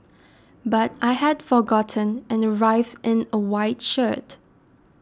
but I had forgotten and arrived in a white shirt